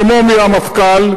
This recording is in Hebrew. כי על הדברים האלה,